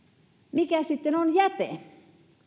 mikä sitten on jäte